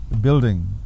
building